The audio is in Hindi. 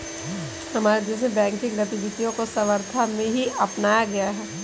हमारे देश में बैंकिंग गतिविधियां को सर्वथा ही अपनाया गया है